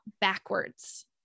backwards